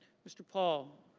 mr. paul.